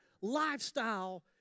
lifestyle